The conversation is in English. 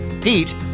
Pete